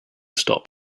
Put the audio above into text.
stop